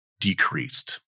decreased